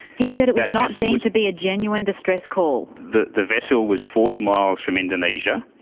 he said it was not deemed to be a genuine distress call. the the vessel was forty miles from indonesia,